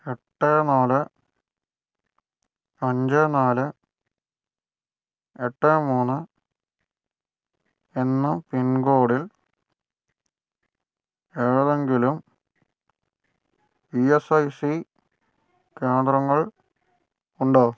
എട്ട് നാല് അഞ്ച് നാല് എട്ട് മൂന്ന് എന്ന പിൻകോഡിൽ ഏതെങ്കിലും ഇ എസ് ഐ സി കേന്ദ്രങ്ങൾ ഉണ്ടോ